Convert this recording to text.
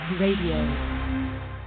radio